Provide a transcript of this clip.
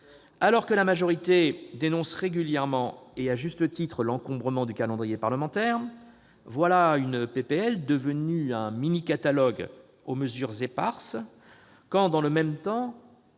Alors que la majorité dénonce régulièrement, et à juste titre, l'encombrement du calendrier parlementaire, voilà une proposition de loi devenue un mini-catalogue aux mesures éparses, quand, dans le même temps,